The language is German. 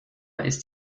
ist